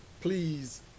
please